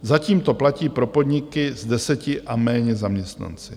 Zatím to platí pro podniky s deseti a méně zaměstnanci.